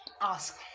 ask